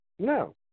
No